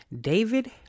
David